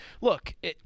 Look